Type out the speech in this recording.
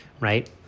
right